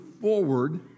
forward